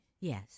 Yes